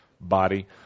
body